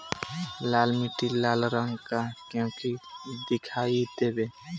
लाल मीट्टी लाल रंग का क्यो दीखाई देबे?